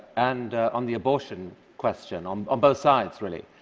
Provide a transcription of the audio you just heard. and on the abortion question, on on both sides, really.